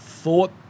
thought